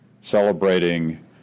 celebrating